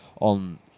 on